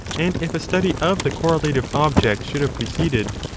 and if a study of the correlative objects should have preceded,